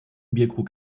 bierkrug